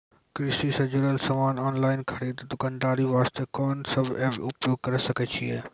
कृषि से जुड़ल समान ऑनलाइन खरीद दुकानदारी वास्ते कोंन सब एप्प उपयोग करें सकय छियै?